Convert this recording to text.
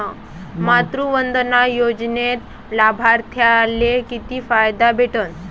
मातृवंदना योजनेत लाभार्थ्याले किती फायदा भेटन?